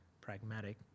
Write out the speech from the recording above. pragmatic